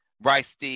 Bryce